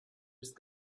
bist